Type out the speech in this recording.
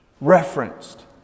referenced